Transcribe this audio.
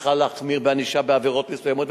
שצריכה להחמיר בענישה בעבירות מסוימות,